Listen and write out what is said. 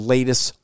latest